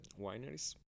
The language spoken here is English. wineries